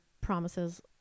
promises